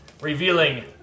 revealing